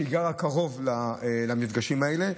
שגרה קרוב למפגשים האלה.